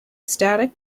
static